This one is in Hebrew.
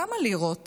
בכמה לירות